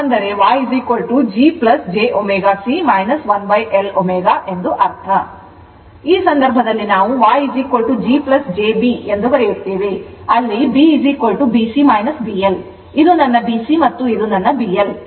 ಆದ್ದರಿಂದ ಅಲ್ಲಿ BB C B L ಇದು ನನ್ನ BC ಮತ್ತು ಇದು ನನ್ನ BL